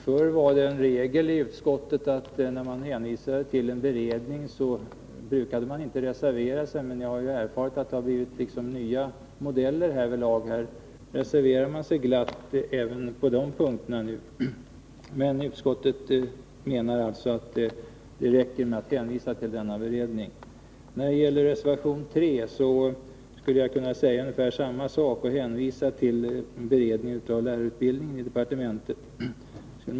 Förr var det en regel i utskottet att när man hänvisade till en beredning brukade man inte reservera sig. Men jag har erfarit att det har blivit nya modeller härvidlag. Nu reserverar man sig glatt även på dessa punkter. Utskottet menar att det räcker med att hänvisa till denna beredning. När det gäller reservation 3 skulle jag kunna säga ungefär samma sak och hänvisa till beredningen i departementet beträffande lärarutbildningen.